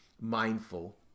mindful